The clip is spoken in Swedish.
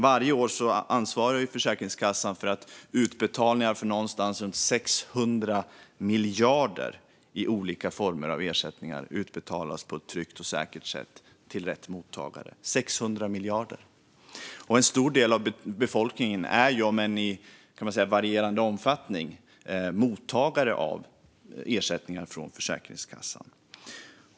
Varje år ansvarar Försäkringskassan för att runt 600 miljarder kronor i olika former av ersättningar utbetalas på ett tryggt och säkert sätt till rätt mottagare. En stor del av befolkningen är i varierande omfattning mottagare av Försäkringskassans ersättningar.